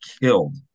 killed